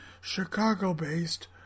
Chicago-based